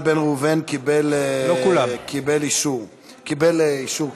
איל בן ראובן קיבל אישור קודם.